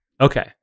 okay